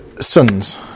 sons